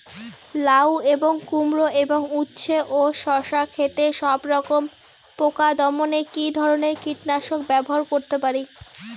লাউ এবং কুমড়ো এবং উচ্ছে ও শসা ক্ষেতে সবরকম পোকা দমনে কী ধরনের কীটনাশক ব্যবহার করতে পারি?